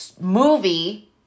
movie